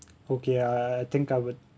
okay uh uh I think I would